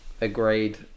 Agreed